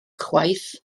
chwaith